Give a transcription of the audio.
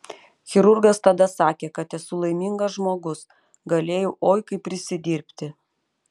chirurgas tada sakė kad esu laimingas žmogus galėjau oi kaip prisidirbti